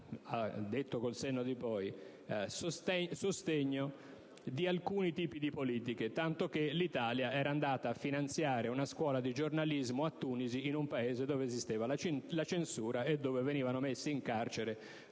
(detto col senno di poi) sostegno di alcuni tipi di politiche, tanto che l'Italia era andata a finanziare una scuola di giornalismo a Tunisi, in un Paese in cui esisteva la censura e dove venivano messi in carcere